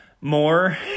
more